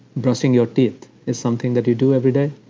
brushing your teeth is something that you do every day.